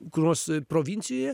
kur nors provincijoje